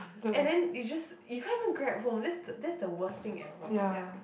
and then you just you can't even Grab home that's the that's the worst thing ever ya